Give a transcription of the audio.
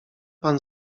pan